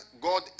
god